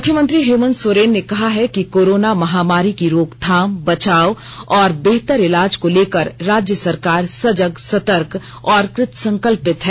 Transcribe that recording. मुख्यमंत्री हेमंत सोरेन ने कहा है कि कोरोना महामारी की रोकथाम बचाव और बेहतर इलाज को लेकर राज्य सरकार सजग सतर्क और कृतसंकल्पित है